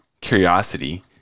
curiosity